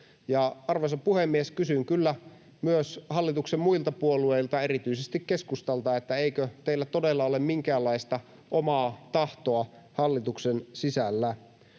Arvoisa puhemies! Kysyn kyllä myös hallituksen muilta puolueilta, erityisesti keskustalta, eikö teillä todella ole minkäänlaista omaa tahtoa hallituksen sisällä.